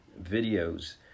videos